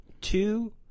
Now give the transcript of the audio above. Two